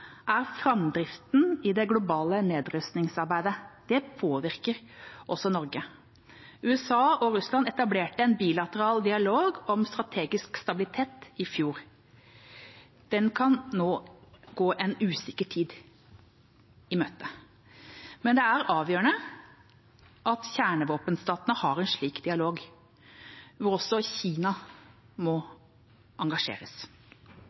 er framdriften i det globale nedrustningsarbeidet. Det påvirker også Norge. USA og Russland etablerte en bilateral dialog om strategisk stabilitet i fjor. Den kan nå gå en usikker tid i møte, men det er avgjørende at kjernevåpenstatene har en slik dialog, hvor også Kina må engasjeres.